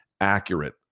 Accurate